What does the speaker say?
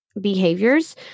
behaviors